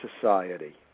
society